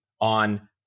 on